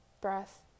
breath